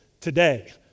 today